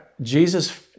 Jesus